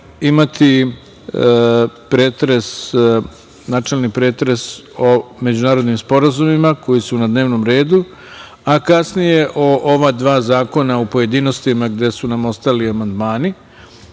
imati načelni pretres o međunarodnim sporazumima koji su na dnevnom redu, a kasnije o ova dva zakona u pojedinostima gde su nam ostali amandmani